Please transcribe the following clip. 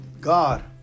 God